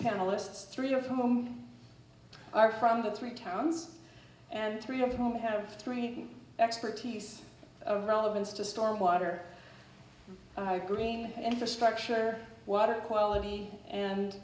panelists three or four who are from the three towns and three of whom have three expertise of relevance to store water i green infrastructure water quality and